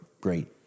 great